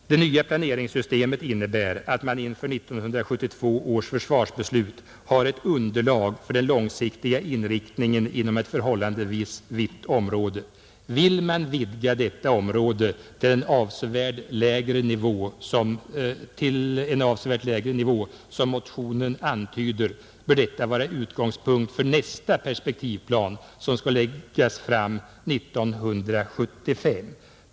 Det nya planeringssystemet innebär att man inför 1972 års försvarsbeslut har ett underlag för den långsiktiga inriktningen inom ett förhållandevis vitt område. Vill man vidga detta område till en avsevärt lägre nivå som motionen antyder, bör detta vara utgångspunkt för nästa perspektivplan som skall läggas fram 1975.